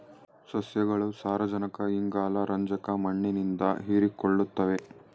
ಸಸ್ಯಗಳು ಸಾರಜನಕ ಇಂಗಾಲ ರಂಜಕ ಮಣ್ಣಿನಿಂದ ಹೀರಿಕೊಳ್ಳುತ್ತವೆ